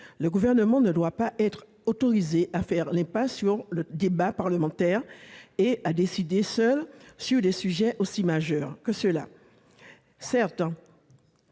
le Gouvernement ne doit pas être autorisé à faire l'impasse sur le débat parlementaire et à décider seul sur des sujets aussi majeurs que ceux de